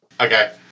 Okay